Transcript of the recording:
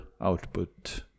output